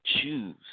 choose